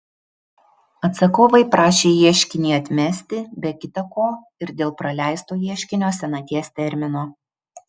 atsakovai prašė ieškinį atmesti be kita ko ir dėl praleisto ieškinio senaties termino